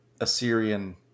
Assyrian